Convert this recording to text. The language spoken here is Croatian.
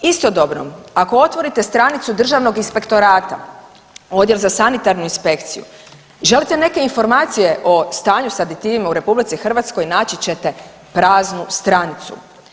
Istodobno ako otvorite stranicu državnog inspektorata, Odjel za sanitarnu inspekciju i želite neke informacije o stanju s aditivima u RH naći ćete praznu stranicu.